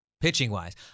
Pitching-wise